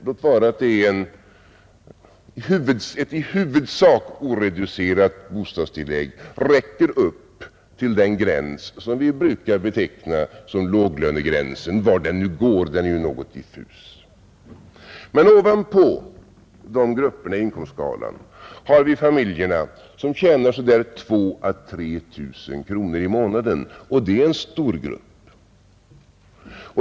Låt vara att ett i huvudsak oreducerat bostadstillägg räcker upp till den gräns som vi brukar beteckna som låglönegränsen, var den nu går — den är rätt diffus. Men ovanpå de grupperna i inkomstskalan har vi de familjer som tjänar 2 000 å 3 000 kronor i månaden. Och det är en stor grupp!